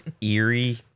eerie